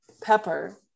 pepper